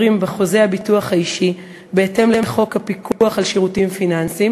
בחוזה הביטוח האישי בהתאם לחוק הפיקוח על שירותים פיננסיים